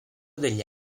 degli